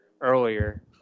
earlier